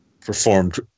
performed